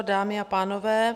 Dámy a pánové.